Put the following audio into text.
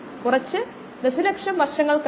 വ്യത്യസ്ത ചരിവുകളുള്ള 2 വരികളാണുള്ളത്